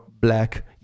black